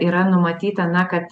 yra numatyta na kad